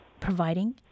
providing